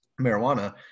marijuana